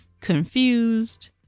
confused